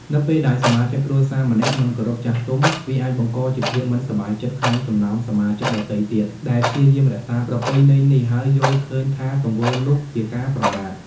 នៅពេលដែលសមាជិកគ្រួសារម្នាក់មិនគោរពចាស់ទុំ វាអាចបង្កជាភាពមិនសប្បាយចិត្តក្នុងចំណោមសមាជិកដទៃទៀត ដែលព្យាយាមរក្សាប្រពៃណីនេះ ហើយយល់ឃើញថាទង្វើនោះជាការប្រមាថ។